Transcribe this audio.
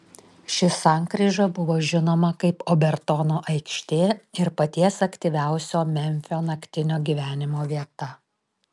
ši sankryža buvo žinoma kaip obertono aikštė ir paties aktyviausio memfio naktinio gyvenimo vieta